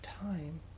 time